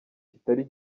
kitari